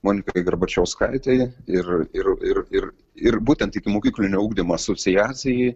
monikai garbačiauskaitei ir ir ir ir ir būtent ikimokyklinio ugdymo asociacijai